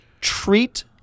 Treat